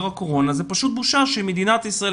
הקורונה זה פשוט בושה שמדינת ישראל,